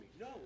No